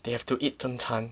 they have to eat 正餐